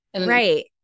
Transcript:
right